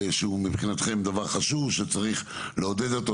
מבחינתכם הוא דבר חשוב שצריך לעודד אותו?